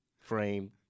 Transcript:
frame